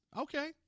okay